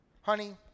Honey